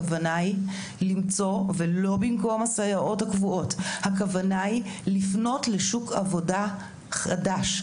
הכוונה היא - ולא במקום הסייעות הקבועות - לפנות לשוק עבודה חדש,